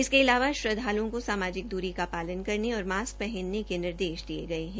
इसके अलावा श्रद्धालुओं को सामाजिक दूरी का पालन करने और मास्क पहनने के निर्देश दिये गए हैं